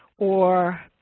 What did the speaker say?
or,